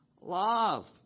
love